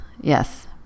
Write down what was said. yes